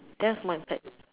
that has more impact